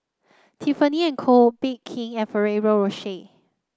Tiffany And Co Bake King and Ferrero Rocher